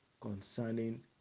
concerning